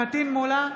פטין מולא,